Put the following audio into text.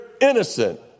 innocent